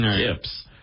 tips